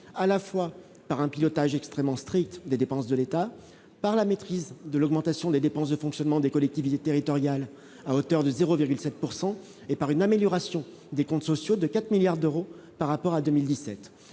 à la fois par un pilotage extrêmement strict des dépenses de l'État par la maîtrise de l'augmentation des dépenses de fonctionnement des collectivités territoriales à hauteur de 0,7 pourcent et par une amélioration des comptes sociaux de 4 milliards d'euros par rapport à 2017,